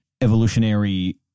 evolutionary